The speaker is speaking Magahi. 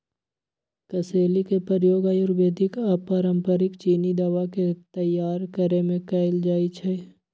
कसेली के प्रयोग आयुर्वेदिक आऽ पारंपरिक चीनी दवा के तइयार करेमे कएल जाइ छइ